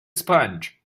sponge